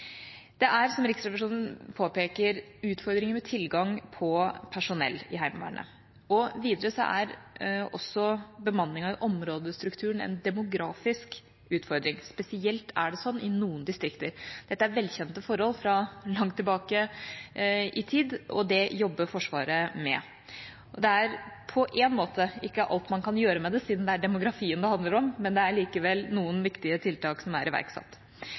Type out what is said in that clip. Det er, som Riksrevisjonen påpeker, utfordringer med tilgang på personell i Heimevernet, og videre er også bemanning av områdestrukturen en demografisk utfordring, spesielt er det sånn i noen distrikter. Dette er velkjente forhold fra langt tilbake i tid, og det jobber Forsvaret med. Det er på en måte ikke alt man kan gjøre med det siden det er demografien det handler om, men det er likevel noen viktige tiltak som er iverksatt.